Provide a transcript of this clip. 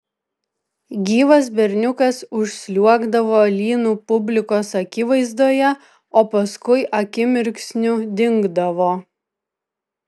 gyvas berniukas užsliuogdavo lynu publikos akivaizdoje o paskui akimirksniu dingdavo